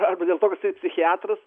arba dėl to kad jisai psichiatras